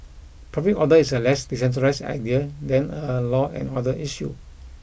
public order is a less decentralised idea than a law and order issue